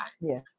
Yes